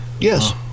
Yes